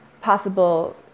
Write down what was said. possible